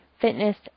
fitness